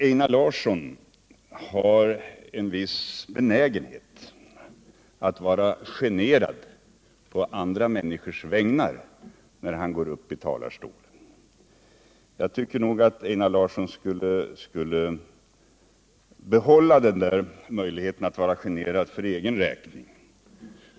Einar Larsson har en viss benägenhet att vara generad på andra människors vägnar när han går upp i talarstolen. Jag tycker nog att Einar Larsson skulle behålla den möjligheten att vara generad för egen räkning.